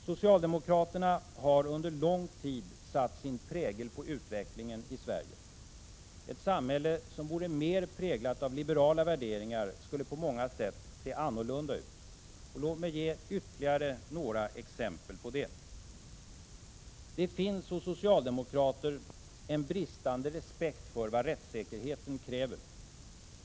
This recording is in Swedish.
Socialdemokraterna har under lång tid satt sin prägel på utvecklingen i Sverige. Ett samhälle som vore mer präglat av liberala värderingar skulle på många sätt se annorlunda ut. Låt mig ge ytterligare några exempel på det. Det finns hos socialdemokrater en bristande respekt för vad rättssäkerheten kräver.